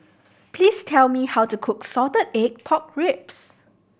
please tell me how to cook salted egg pork ribs